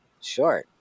sure